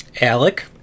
alec